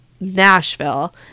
Nashville